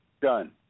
done